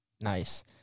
Nice